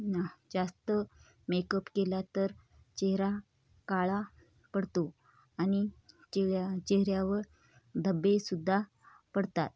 जास्त मेकअप केला तर चेहरा काळा पडतो आणि चेहऱ्या चेहऱ्यावर धब्बेसुद्धा पडतात